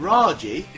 Raji